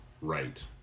right